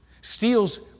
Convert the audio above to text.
Steals